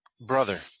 brother